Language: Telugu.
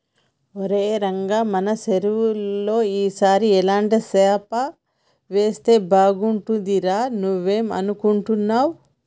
ఒరై రంగ మన సెరువులో ఈ సారి ఎలాంటి సేప వేస్తే బాగుంటుందిరా నువ్వేం అనుకుంటున్నావ్